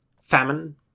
famine